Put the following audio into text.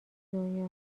دنیا